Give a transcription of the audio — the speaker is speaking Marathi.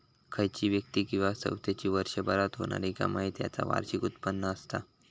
खयची व्यक्ती किंवा संस्थेची वर्षभरात होणारी कमाई त्याचा वार्षिक उत्पन्न असता